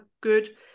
good